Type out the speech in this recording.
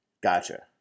Gotcha